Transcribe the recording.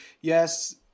Yes